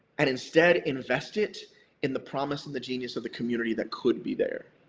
and instead invest it in the promise and the genius of the community that could be there.